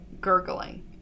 gurgling